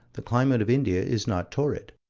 the climate of india is not torrid.